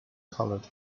colored